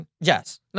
Yes